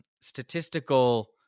statistical